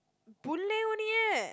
Boon-Lay only eh